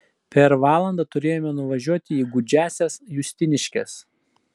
per valandą turėjome nuvažiuoti į gūdžiąsias justiniškes